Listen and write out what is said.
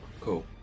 Cool